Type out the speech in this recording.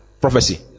prophecy